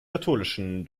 katholischen